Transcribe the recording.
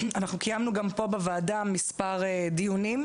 אנחנו קיימנו גם פה בוועדה מספר דיונים,